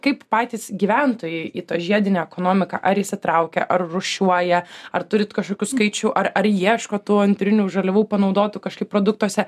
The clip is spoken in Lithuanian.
kaip patys gyventojai į tą žiedinę ekonomiką ar įsitraukia ar rūšiuoja ar turit kažkokių skaičių ar ar ieško tų antrinių žaliavų panaudotų kažkaip produktuose